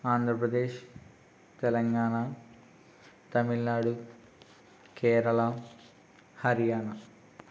Andhra Pradesh Telangana Tamil Nadu Kerala Haryana